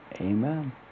Amen